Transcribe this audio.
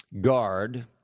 guard